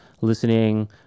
listening